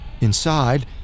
Inside